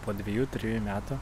po dvejų trejų metų